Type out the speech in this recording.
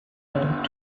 and